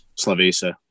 Slavisa